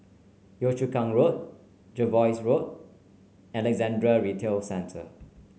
Yio Chu Kang Road Jervois Road Alexandra Retail Centre